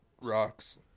rocks